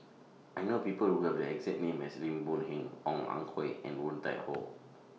I know People Who Have The exact name as Lim Boon Heng Ong Ah Hoi and Woon Tai Ho